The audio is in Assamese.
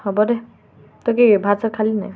হ'ব দে তই কি ভাত চাত খালি নাই